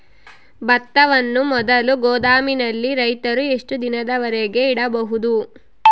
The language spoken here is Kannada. ಭತ್ತವನ್ನು ಮೊದಲು ಗೋದಾಮಿನಲ್ಲಿ ರೈತರು ಎಷ್ಟು ದಿನದವರೆಗೆ ಇಡಬಹುದು?